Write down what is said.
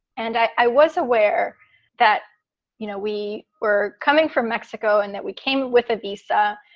and i was aware that you know we were coming from mexico and that we came with a visa.